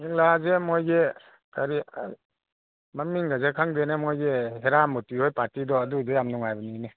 ꯂꯤꯂꯥꯁꯦ ꯃꯣꯏꯒꯤ ꯀꯔꯤ ꯃꯃꯤꯡꯒꯁꯦ ꯈꯪꯗꯦꯅꯦ ꯃꯣꯏꯒꯤ ꯍꯦꯔꯥꯃꯣꯇꯤ ꯍꯣꯏ ꯄꯥꯔꯇꯤꯗꯣ ꯑꯗꯨꯏꯗꯣ ꯌꯥꯝ ꯅꯨꯡꯉꯥꯏꯕꯅꯤꯅꯦ